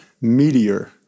Meteor